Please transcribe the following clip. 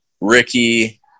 Ricky